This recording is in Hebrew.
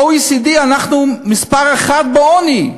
ב-OECD אנחנו מספר אחת בעוני,